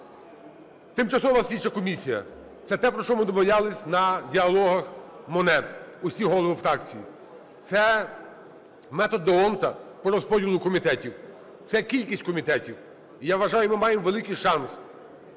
Тимчасова слідча комісія – це те, про що ми домовлялись на "Діалогах Моне" усі голови фракцій, це метод д'Ондта по розподілу комітетів, це кількість комітетів. І я вважаю, ми маємо великий шанс